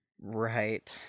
Right